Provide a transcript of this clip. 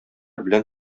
белән